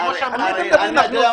על מה אתם מדברים?